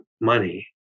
money